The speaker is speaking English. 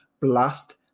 blast